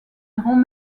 grands